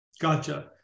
Gotcha